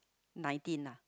nineteen ah